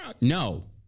No